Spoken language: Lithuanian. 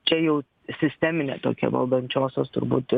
čia jau sisteminė tokia valdančiosios turbūt